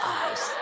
eyes